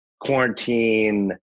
quarantine